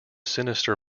sinister